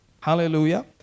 Hallelujah